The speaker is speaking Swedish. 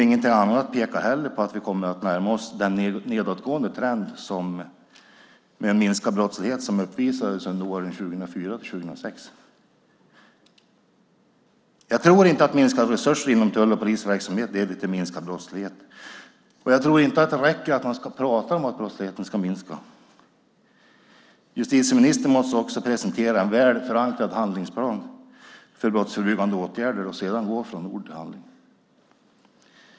Ingenting annat pekar heller på att vi kommer att närma oss den nedåtgående trend med en minskad brottslighet som uppvisades under åren 2004-2006. Jag tror inte att minskade resurser inom tull och polisverksamhet leder till minskad brottslighet. Jag tror inte att det räcker att man pratar om att brottsligheten ska minska. Justitieministern måste också presentera en väl förankrad handlingsplan för brottsförebyggande åtgärder och sedan gå från ord till handling.